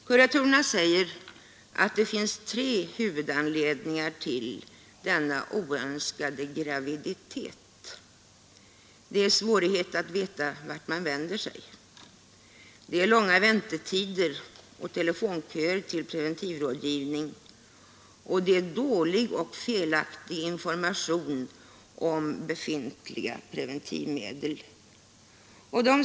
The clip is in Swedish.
Kuratorerna säger att det finns tre huvudanledningar till denna oönskade graviditet: dels är det svårt att veta vart man skall vända sig, dels är det långa väntetider och telefonköer till preventivrådgivning, dels är informationen om befintliga preventivmedel dålig och felaktig.